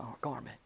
garment